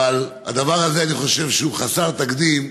אבל הדבר הזה, אני חושב שהוא חסר תקדים.